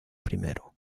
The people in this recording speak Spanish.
primero